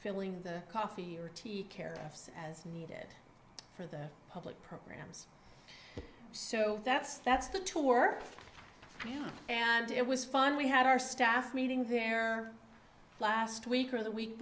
filling the coffee or tea as needed for the public programs so that's that's the tour and it was fun we had our staff meeting there last week or the week